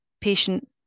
patient